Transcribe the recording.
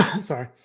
Sorry